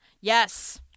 Yes